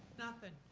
nothing.